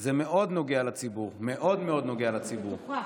זה מאוד נוגע לציבור, מאוד מאוד נוגע לציבור.